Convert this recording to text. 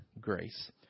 grace